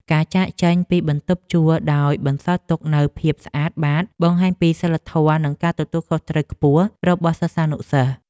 ការចាកចេញពីបន្ទប់ជួលដោយបន្សល់ទុកនូវភាពស្អាតបាតបង្ហាញពីសីលធម៌និងការទទួលខុសត្រូវខ្ពស់របស់សិស្សានុសិស្ស។